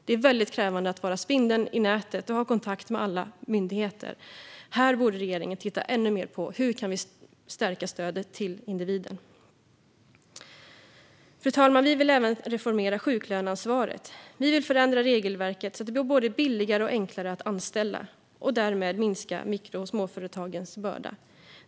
Det är väldigt krävande att vara spindeln i nätet och ha kontakt med alla myndigheter. Här borde regeringen titta ännu mer på hur vi kan stärka stödet till individen. Fru talman! Vi vill även reformera sjuklöneansvaret. Vi vill förändra regelverket så att det blir både billigare och enklare att anställa och därmed minska mikro och småföretagens börda.